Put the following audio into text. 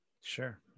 Sure